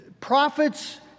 Prophets